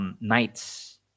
knights